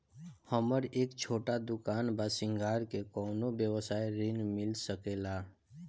हमर एक छोटा दुकान बा श्रृंगार के कौनो व्यवसाय ऋण मिल सके ला?